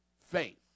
faith